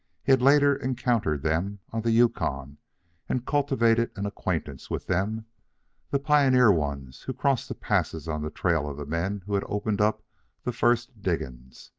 he had later encountered them on the yukon and cultivated an acquaintance with them the pioneer ones who crossed the passes on the trail of the men who had opened up the first diggings.